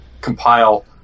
compile